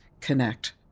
connect